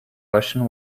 ocean